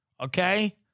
Okay